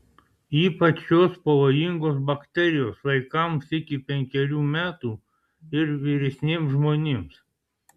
ypač šios pavojingos bakterijos vaikams iki penkerių metų ir vyresniems žmonėms